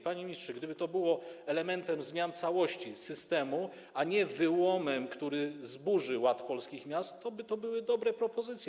Panie ministrze, gdyby to było elementem zmian całości systemu, a nie wyłomem, który zburzy ład polskich miast, to byłyby to dobre propozycje.